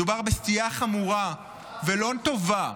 מדובר בסטייה חמורה ולא טובה,